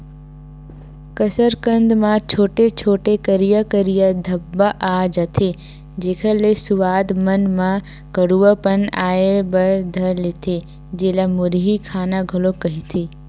कसरकंद म छोटे छोटे, करिया करिया धब्बा आ जथे, जेखर ले सुवाद मन म कडुआ पन आय बर धर लेथे, जेला मुरही खाना घलोक कहिथे